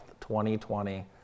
2020